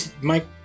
Mike